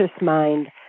mind